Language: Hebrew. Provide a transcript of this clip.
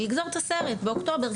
לגזור את הסרט באוקטובר,